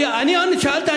שאלת,